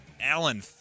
Allen